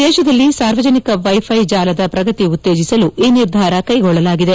ದೇಶದಲ್ಲಿ ಸಾರ್ವಜನಿಕ ವೈಥ್ವೆ ಜಾಲದ ಪ್ರಗತಿ ಉತ್ತೇಜಿಸಲು ಈ ನಿರ್ಧಾರ ಕೈಗೊಳ್ಳಲಾಗಿದೆ